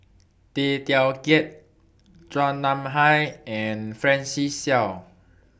Tay Teow Kiat Chua Nam Hai and Francis Seow